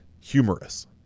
humorous